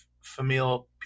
familial